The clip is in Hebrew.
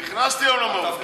נכנסתי היום למהות.